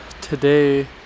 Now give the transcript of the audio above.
today